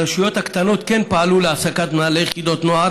הרשויות הקטנות כן פעלו להעסקת מנהלי יחידות נוער